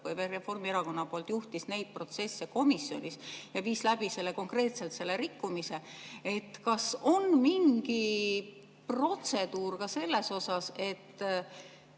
Reformierakonna poolt juhtis neid protsesse komisjonis ja viis läbi konkreetselt selle rikkumise. Kas on mingi protseduur ka selle kohta, kui